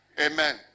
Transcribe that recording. Amen